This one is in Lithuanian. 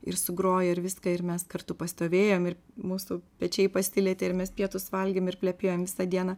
ir sugrojo ir viską ir mes kartu pastovėjom ir mūsų pečiai pasilietė ir mes pietus valgėm ir plepėjom visą dieną